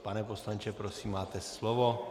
Pane poslanče, prosím, máte slovo.